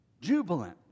jubilant